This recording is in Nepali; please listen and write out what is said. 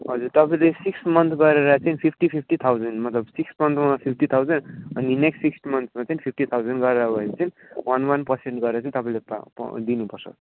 हजुर तपाईँले सिक्स मन्थ गरेर चाहिँ फिफ्टी फिफ्टी थाउजेन्ड मतलब सिक्स मन्थमा फिफ्टी थाउजेन्ड अनि नेक्स्ट सिक्स मन्थमा चाहिँ फिफ्टी थाउजेन्ड गरेर भयो भने चाहिँ वन वन पर्सेन्ट गरेर चाहिँ तपाईँले पा पा दिनुपर्छ